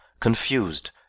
confused